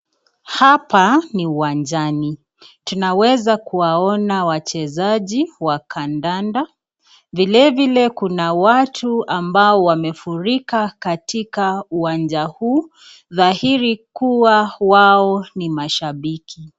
Hapa ni uwanjani tunaweza kuwaona wachezaji wa kandanda vile vile kuna watu ambao wamefurika katika uwanja huu dhahiri kuwa wao ni mashabiki.